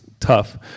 Tough